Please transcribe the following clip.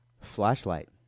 Flashlight